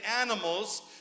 animals